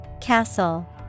Castle